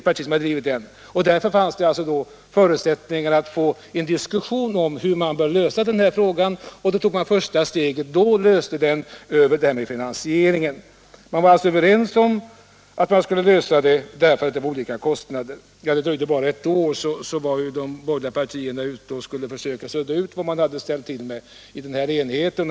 , Därför fanns det förutsättningar att få till stånd en diskussion om hur man bör lösa problemet att minska olikheten i kostnader mellan olika boendeformer. Som ett första steg valde man då att gå via finansieringen. Men det dröjde bara ett år tills de borgerliga partierna försökte sudda ut vad de hade ställt till med i denna enighet.